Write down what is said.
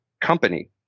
company